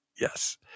Yes